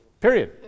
Period